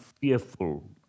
fearful